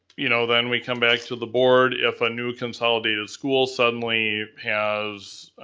you know then we come back to the board if a new consolidated school suddenly has.